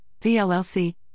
PLLC